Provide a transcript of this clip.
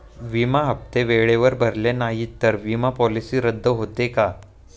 विमा हप्ते वेळेवर भरले नाहीत, तर विमा पॉलिसी रद्द होते का?